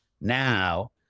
now